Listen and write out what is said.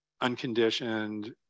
unconditioned